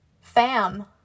Fam